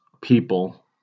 people